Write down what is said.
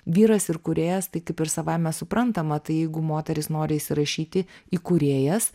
vyras ir kūrėjas tai kaip ir savaime suprantama tai jeigu moterys nori įsirašyti į kūrėjas